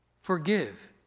forgive